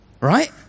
right